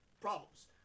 Problems